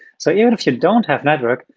so even if you don't have network,